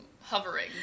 hovering